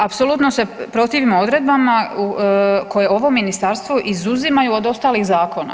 Apsolutno se protivimo odredbama koje ovo ministarstvo izuzimaju od ostalih zakona.